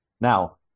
Now